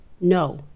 no